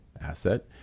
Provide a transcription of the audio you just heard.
asset